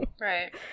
right